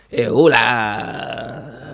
hola